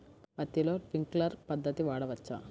పత్తిలో ట్వింక్లర్ పద్ధతి వాడవచ్చా?